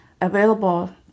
available